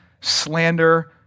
slander